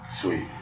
Sweet